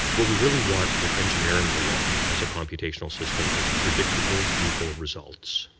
what we really want with engineering the law as a computational system is predictable legal results.